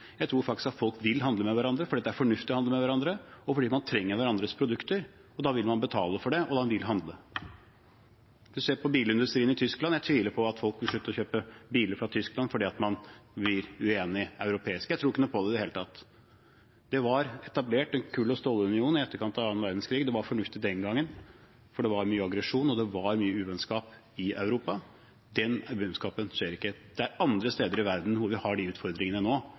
Jeg tror faktisk at folk vil handle med hverandre fordi det er fornuftig å handle med hverandre, og fordi man trenger hverandres produkter. Da vil man betale for det, og man vil handle. Man kan se på bilindustrien i Tyskland – jeg tviler på at folk vil slutte å kjøpe biler fra Tyskland fordi man blir uenige i Europa. Jeg tror ikke noe på det i det hele tatt. Det ble etablert en kull- og stålunion i etterkant av annen verdenskrig. Det var fornuftig den gangen, for det var mye aggresjon, og det var mye uvennskap i Europa. Den uvennskapen skjer ikke. Det er andre steder i verden enn i Europa vi har de utfordringene nå.